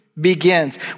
begins